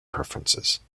preferences